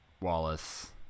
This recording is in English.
Wallace